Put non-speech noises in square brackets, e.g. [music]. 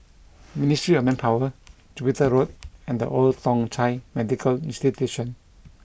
Ministry of [noise] Manpower Jupiter Road and The Old Thong Chai Medical Institution